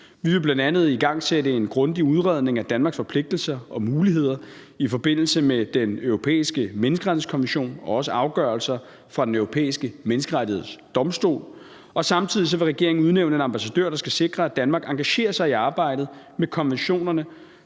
Vi vil bl.a. igangsætte en grundig udredning af Danmarks forpligtelser og muligheder i forbindelse med Den Europæiske Menneskerettighedskonvention og også afgørelser fra Den Europæiske Menneskerettighedsdomstol. Samtidig vil regeringen udnævne en ambassadør, der skal sikre, at Danmark engagerer sig i arbejdet med konventionerne,